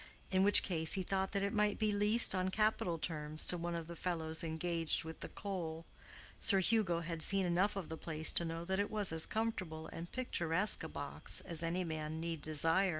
in which case he thought that it might be leased on capital terms to one of the fellows engaged with the coal sir hugo had seen enough of the place to know that it was as comfortable and picturesque a box as any man need desire,